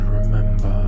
remember